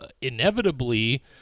inevitably